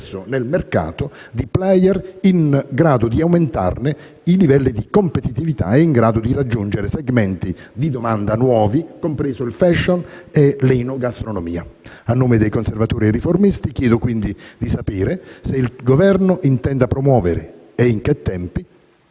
nel mercato di *player* in grado di aumentarne i livelli di competitività e in grado di raggiungere segmenti di domanda nuovi, come il *fashion* e l'enogastronomia. A nome dei Conservatori e Riformisti, chiedo di sapere se il Governo intenda promuovere, e in che tempi,